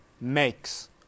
makes